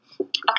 Okay